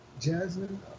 Jasmine